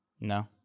No